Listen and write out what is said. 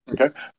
Okay